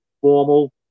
formal